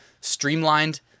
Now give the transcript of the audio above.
streamlined